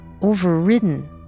overridden